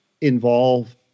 involve